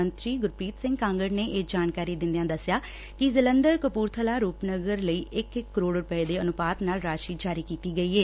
ਮੰਤਰੀ ਗੁਰਪ੍ਰੀਤ ਸਿੰਘ ਕਾਂਗੜ ਨੇ ਇਹ ਜਾਣਕਾਰੀ ਦਿੰਦਿਆਂ ਦਸਿਆ ਕਿ ਜਲੰਧਰ ਕਪੁਰਥਲਾ ਅਤੇ ਰੂਪਨਗਰ ਲਈ ਇਕ ਇਕ ਕਰੋੜ ਰੁਪੈ ਦੇ ਅਨੁਪਾਤ ਨਾਲ ਰਾਸੀ ਜਾਰੀ ਕੀਤੀ ਗਈ ਏ